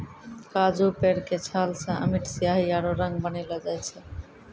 काजू पेड़ के छाल सॅ अमिट स्याही आरो रंग बनैलो जाय छै